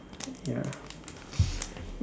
ya